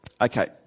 Okay